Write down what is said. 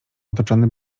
otoczony